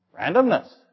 Randomness